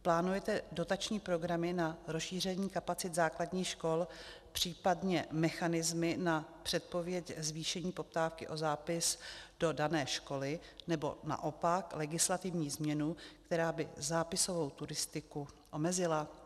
Plánujete dotační programy na rozšíření kapacit základních škol, případně mechanismy na předpověď zvýšení poptávky o zápis do dané školy, nebo naopak legislativní změnu, která by zápisovou turistiku omezila?